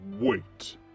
Wait